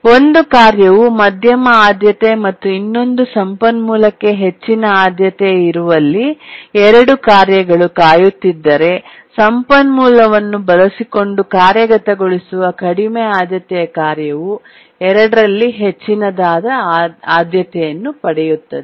ಒಂದು ಕಾರ್ಯವು ಮಧ್ಯಮ ಆದ್ಯತೆ ಮತ್ತು ಇನ್ನೊಂದು ಸಂಪನ್ಮೂಲಕ್ಕೆ ಹೆಚ್ಚಿನ ಆದ್ಯತೆ ಇರುವಲ್ಲಿ 2 ಕಾರ್ಯಗಳು ಕಾಯುತ್ತಿದ್ದರೆ ಸಂಪನ್ಮೂಲವನ್ನು ಬಳಸಿಕೊಂಡು ಕಾರ್ಯಗತಗೊಳಿಸುವ ಕಡಿಮೆ ಆದ್ಯತೆಯ ಕಾರ್ಯವು 2 ರಲ್ಲಿ ಹೆಚ್ಚಿನದಾದ ಆದ್ಯತೆಯನ್ನು ಪಡೆಯುತ್ತದೆ